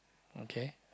okay